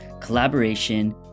collaboration